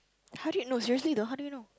how do you know seriously though how do you know